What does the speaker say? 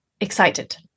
excited